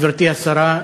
גברתי השרה,